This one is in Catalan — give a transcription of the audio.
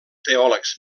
teòlegs